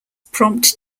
prompt